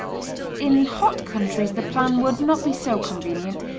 in hot countries the plan would not be so convenient,